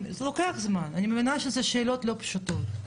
לא פתרה בעיה,